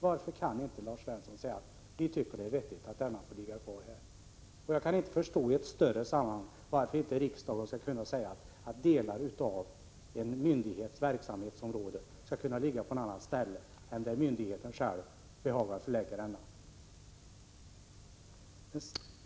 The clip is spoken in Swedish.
Varför kan inte Lars Svensson säga att vi tycker att det är vettigt att den får ligga kvar där? Jag kan inte förstå varför inte riksdagen skulle kunna uttala att delar av en myndighets verksamhetsområde skall ligga på ett annat ställe än där myndigheten själv har behagat förlägga dem.